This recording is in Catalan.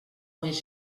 més